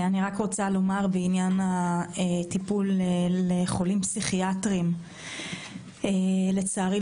בעניין הטיפול בחולים פסיכיאטריים, לצערי,